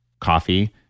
coffee